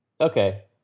Okay